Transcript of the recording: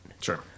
Sure